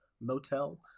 motel